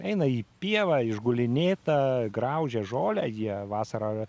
eina į pievą išgulinėta graužia žolę jie vasarą